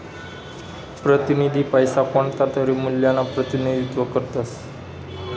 प्रतिनिधी पैसा कोणतातरी मूल्यना प्रतिनिधित्व करतस